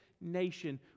nation